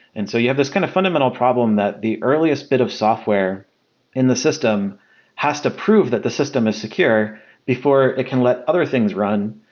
and so you have this kind of fundamental problem that the earliest bit of software in the system has to prove that the system is secure before they can let other things run,